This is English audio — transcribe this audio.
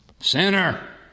Sinner